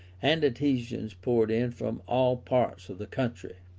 and adhesions poured in from all parts of the country.